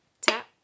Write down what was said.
tap